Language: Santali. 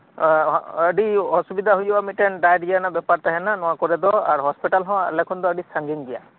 ᱟᱹᱰᱤ ᱚᱥᱩᱵᱤᱛᱷᱟ ᱦᱳᱭᱳᱜᱼᱟ ᱢᱤᱫᱴᱟᱝ ᱰᱟᱨᱭᱟ ᱨᱮᱭᱟᱜ ᱵᱮᱯᱟᱨ ᱛᱟᱦᱮᱱᱟ ᱱᱚᱶᱟ ᱠᱚᱨᱮᱫᱚ ᱟᱨ ᱦᱚᱥᱯᱤᱴᱟᱞ ᱦᱚᱸ ᱟᱞᱮᱠᱷᱚᱱ ᱫᱚ ᱟᱹᱰᱤ ᱥᱟᱺᱜᱤᱧ ᱜᱮᱭᱟ